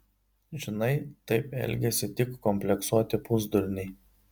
žinai taip elgiasi tik kompleksuoti pusdurniai